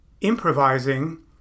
improvising